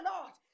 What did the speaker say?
Lord